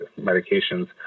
medications